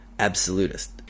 absolutist